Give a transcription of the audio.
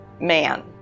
man